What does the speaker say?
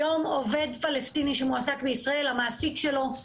היום המעסיק של עובד פלסטיני שמועסק בישראל מדווח